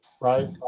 right